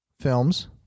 films